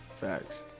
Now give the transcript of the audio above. Facts